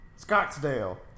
Scottsdale